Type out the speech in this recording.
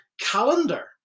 calendar